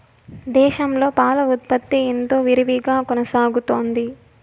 దేశంలో పాల ఉత్పత్తి ఎంతో విరివిగా కొనసాగుతోంది